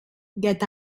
get